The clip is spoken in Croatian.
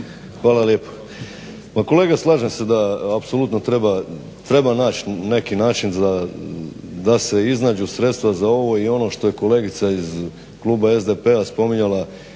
Hvala lijepo. Pa kolega slažem se da apsolutno treba naći neki način da se iznađu sredstva za ovo i ono što je kolegica iz kluba SDP-a spominjala